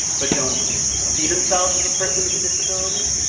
but don't see themselves as a person with a disability.